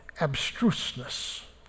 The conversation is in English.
abstruseness